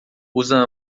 usa